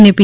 અને પી